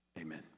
Amen